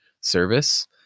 service